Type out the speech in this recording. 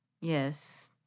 Yes